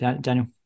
Daniel